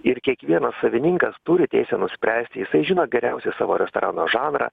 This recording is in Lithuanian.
ir kiekvienas savininkas turi teisę nuspręsti jisai žino geriausią savo restorano žanrą